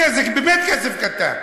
זה באמת כסף קטן,